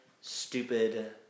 stupid